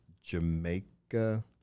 Jamaica